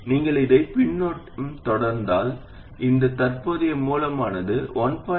நீங்கள் இதைப் பின்தொடர்ந்தால் இந்த தற்போதைய மூலமானது 1